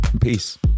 peace